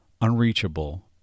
unreachable